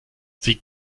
sie